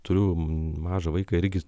turiu mažą vaiką irgi